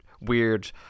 weird